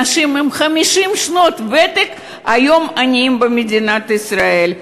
אנשים עם 50 שנות ותק הם היום עניים במדינת ישראל.